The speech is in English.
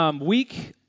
Week